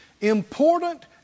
important